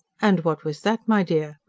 and what was that, my dear?